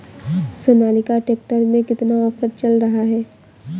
Sonalika tractor में कितना offer चल रहा है?